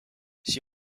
she